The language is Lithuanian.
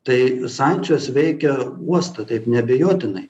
tai sankcijos veikia uostą taip neabejotinai